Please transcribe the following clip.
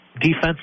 Defense